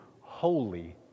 holy